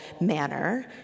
manner